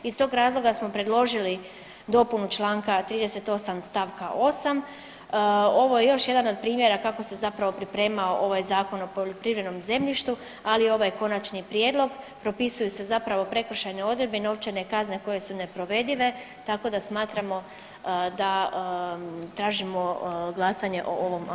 Iz tog razloga smo predložili dopunu čl. 38 st. 8. Ovo je još jedan od primjera kako se zapravo pripremao ovaj Zakon o poljoprivrednom zemljištu, ali i ovaj Konačni prijedlog, propisuju se zapravo prekršajne odredbe i novčane kazne koje su neprovedive, tako da smatramo da, tražimo glasovanje o ovom amandmanu.